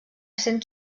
sent